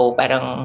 parang